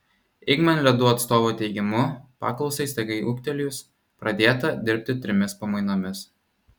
ingman ledų atstovų teigimu paklausai staigiai ūgtelėjus pradėta dirbti trimis pamainomis